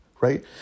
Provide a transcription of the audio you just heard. right